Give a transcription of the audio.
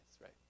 right